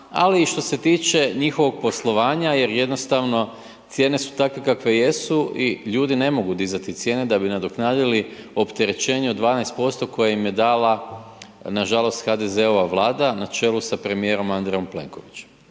ali i što se tiče njihovog poslovanja jer jednostavno cijene su takve kakve jesu i ljudi ne mogu dizati cijene da bi nadoknadili opterećenje od 12% koje im je dala nažalost HDZ-ova Vlada na čelu sa premijerom Andrejom Plenkovićem.